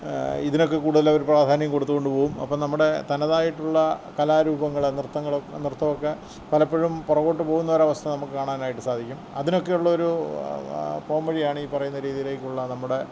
ഇതിനൊക്കെ കൂടുതലവർ പ്രാധാന്യം കൊടുത്തു കൊണ്ട് പോകും അപ്പം നമ്മുടെ താനതായിട്ടുള്ള കലാ രൂപങ്ങൾ നൃത്തങ്ങളൊ നൃത്തമൊക്കെ പലപ്പോഴും പുറകോട്ടു പോകുന്നൊരവസ്ഥ നമുക്ക് കാണാനായിട്ടു സാധിക്കും അതിനൊക്കെ ഉള്ളൊരു പോം വഴിയാണീ പറയുന്ന രീതിയിലേക്കുള്ള നമ്മുടെ